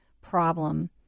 problem